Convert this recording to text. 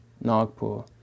Nagpur